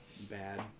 bad